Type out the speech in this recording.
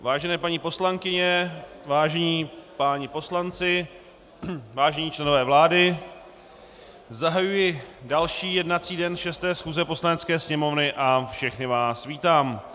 Vážené paní poslankyně, vážení páni poslanci, vážení členové vlády, zahajuji další jednací den 6. schůze Poslanecké sněmovny a všechny vás vítám.